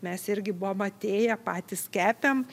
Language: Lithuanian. mes irgi buvom atėję patys kepem